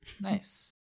Nice